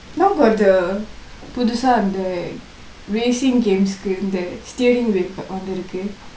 now got the புதுசா அந்த:puthusa andtha racingk games அந்த:andtha steeringk wheel வந்துருக்கு:vanthurukku